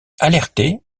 alertés